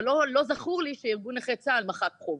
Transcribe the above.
אבל לא זכור לי שארגון נכי צה"ל מחק חוב.